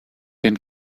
den